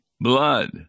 blood